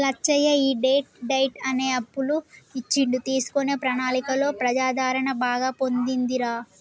లచ్చయ్య ఈ debt diet అనే అప్పులు ఇచ్చుడు తీసుకునే ప్రణాళికలో ప్రజాదరణ బాగా పొందిందిరా